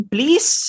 Please